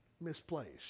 misplaced